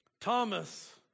Thomas